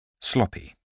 Sloppy